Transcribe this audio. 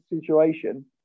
situation